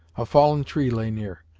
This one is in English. a fallen tree lay near,